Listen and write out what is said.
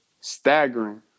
staggering